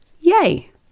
Yay